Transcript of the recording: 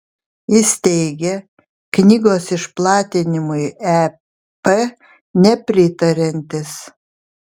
jis teigė knygos išplatinimui ep nepritariantis